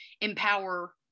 empower